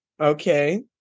Okay